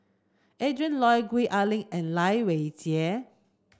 Adrin Loi Gwee Ah Leng and Lai Weijie